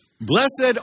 Blessed